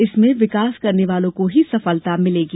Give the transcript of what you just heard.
इसमें विकास करने वालों को ही सफलता मिलेगी